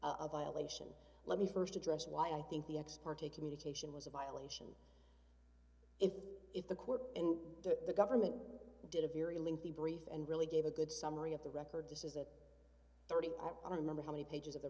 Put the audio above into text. a violation let me st address why i think the ex parte communication was a violation if if the court and the government did a very lengthy brief and really gave a good summary of the record this is a thirty on a number how many pages of the